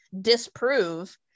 disprove